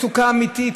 מצוקה אמיתית.